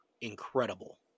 incredible